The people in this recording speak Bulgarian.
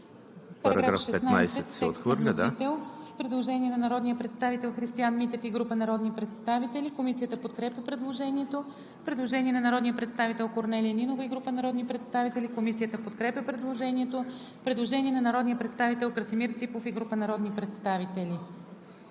По § 16 има предложение на народния представител Христиан Митев и група народни представители. Комисията подкрепя предложението. Предложение на народния представител Корнелия Нинова и група народни представители. Комисията подкрепя предложението. Предложение на народния представител Красимир Ципов и група народни представители: